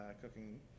cooking